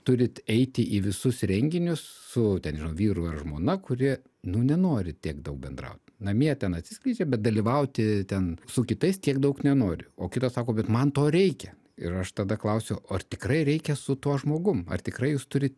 turit eiti į visus renginius su ten nežinau vyru ar žmona kurie nu nenori tiek daug bendraut namie ten atsiskleidžia bet dalyvauti ten su kitais tiek daug nenori o kitas sako bet man to reikia ir aš tada klausiu ar tikrai reikia su tuo žmogum ar tikrai jūs turi